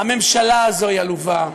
הממשלה הזאת היא עלובה,